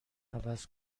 عوض